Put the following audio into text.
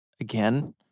again